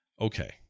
okay